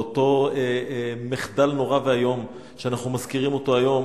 לאותו מחדל נורא ואיום שאנחנו מזכירים היום,